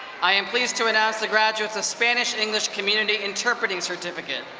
i am pleased to announce the graduates of spanish english community interpreting certificate.